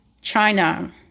china